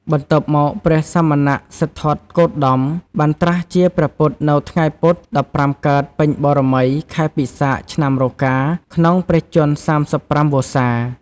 បន្ទាប់មកព្រះសមណសិទ្ធត្ថគោតម បានត្រាស់ជាព្រះពុទ្ធនៅថ្ងៃពុធ ១៥ កើតពេញបូណ៌មី ខែពិសាខ ឆ្នាំរកា ក្នុងព្រះជន្ម ៣៥ វស្សា។